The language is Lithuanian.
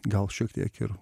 gal šiek tiek ir